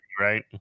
right